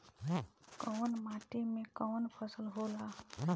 कवन माटी में कवन फसल हो ला?